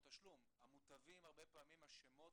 כי אנחנו מזהים כשל שוק.